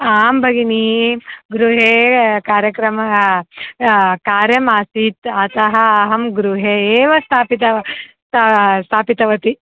आं भगिनि गृहे कार्यक्रमः कार्यमासीत् अतः अहं गृहे एव स्थापितवती स्ता स्थापितवती